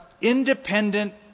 independent